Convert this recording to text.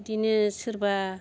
बिदिनो सोरबा